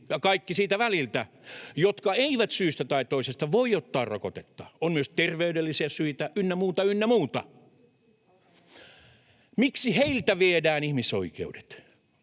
ja kaikki siltä väliltä — jotka eivät syystä tai toisesta voi ottaa rokotetta. On myös terveydellisiä syitä, ynnä muuta, ynnä muuta. Miksi heiltä viedään ihmisoikeudet?